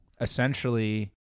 Essentially